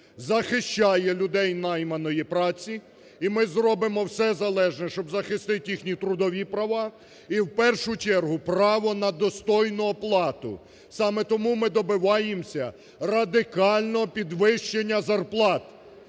захищає людей найманої праці, і ми зробимо все залежне, щоб захистити їхні трудові права і і першу чергу право на достойну оплату. Саме тому ми добиваємося радикального підвищення зарплат